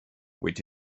which